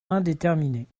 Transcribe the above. indéterminé